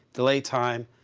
delay time,